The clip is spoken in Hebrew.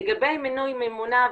לגבי מינוי ממונה,